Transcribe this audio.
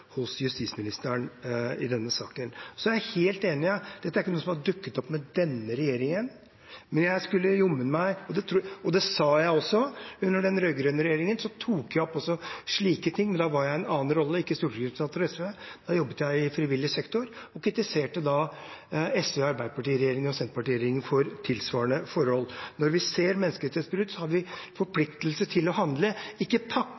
hos justisministeren i denne saken. Så er jeg helt enig i at dette ikke er noe som har dukket opp med denne regjeringen. Under den rød-grønne regjeringen tok jeg også opp slike ting, men da var jeg i en annen rolle, ikke stortingsrepresentant for SV. Da jobbet jeg i frivillig sektor og kritiserte SV–Arbeiderparti–Senterparti-regjeringen for tilsvarende forhold. Når vi ser menneskerettighetsbrudd, har vi en forpliktelse til å handle, ikke